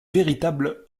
véritable